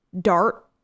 dart